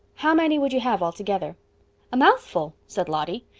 how many would you have altogether a mouthful said lottie.